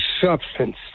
substance